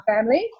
family